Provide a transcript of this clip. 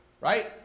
Right